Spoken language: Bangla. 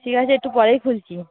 ঠিক আছে একটু পরেই খুলছি